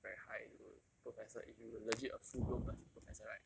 very high dude professor if you legit a full blown pro~ professor right